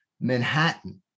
Manhattan